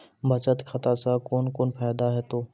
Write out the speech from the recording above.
बचत खाता सऽ कून कून फायदा हेतु?